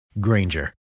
Granger